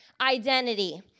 identity